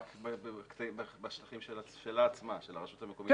בשטחים של הרשות המקומית.